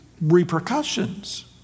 repercussions